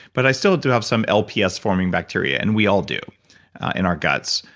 but i still do have some lps forming bacteria, and we all do in our guts.